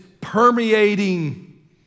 permeating